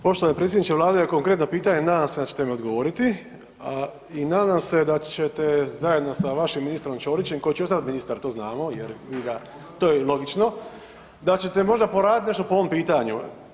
Poštovani predsjedniče Vlade, konkretno pitanje, nadam se da ćete mi odgovoriti i nadam se da ćete zajedno sa vašim ministrom Ćorićem koji će ostati ministar to znamo jer vi ga, to je i logično, da ćete možda porati nešto po ovom pitanju.